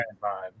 vibe